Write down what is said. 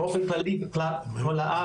באופן כללי בכל הארץ,